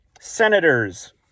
senators